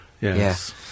Yes